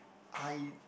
I